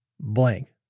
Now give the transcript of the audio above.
blank